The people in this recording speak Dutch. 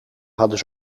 hadden